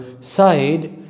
side